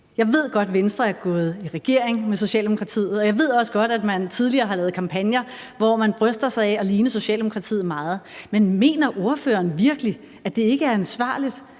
Jeg ved godt, at Venstre er gået i regering med Socialdemokratiet, og jeg ved også godt, at man tidligere har lavet kampagner, hvor man bryster sig af at ligne Socialdemokratiet meget. Men mener ordføreren virkelig, at det ikke er ansvarligt